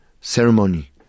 ceremony